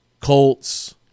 Colts